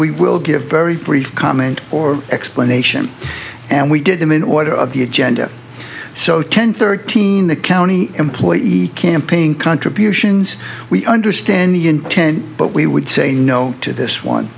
we will give very brief comment or explanation and we did them in order of the agenda so ten thirteen the county employee campaign contributions we understand the intent but we would say no to this one